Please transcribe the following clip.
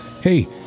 hey